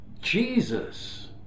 Jesus